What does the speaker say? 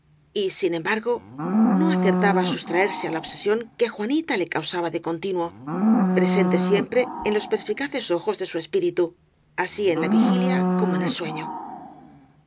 y sin embargo no acertaba á sustraerse á la obsesión que juanita le causaba de continuo presente siempre á los perspicaces ojos de su espíritu así en la vigilia como en el sueño